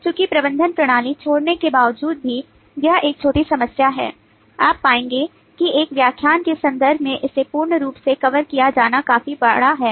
चूँकि प्रबंधन प्रणाली छोड़ने के बावजूद भी यह एक छोटी समस्या है आप पाएंगे कि इस व्याख्यान के संदर्भ में इसे पूर्ण रूप से कवर किया जाना काफी बड़ा है